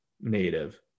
native